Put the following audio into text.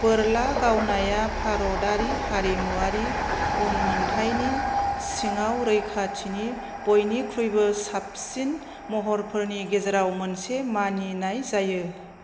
बोरला गावनाया भारतआरि हारिमुआरि उनमोनथाइनि सिङाव रैखाथिनि बायनिख्रुयबो साबसिन महरफोरनि गेजेराव मोनसे मानिनाय जायो